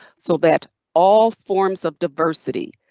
so that all forms of diversity,